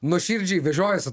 nuoširdžiai vežiojasi